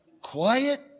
Quiet